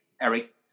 Eric